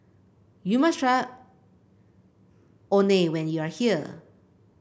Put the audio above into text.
you must try when you are here